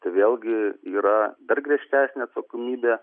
tai vėlgi yra dar griežtesnė atsakomybė